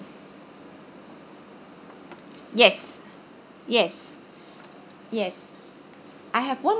yes yes yes I have one